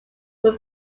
were